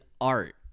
art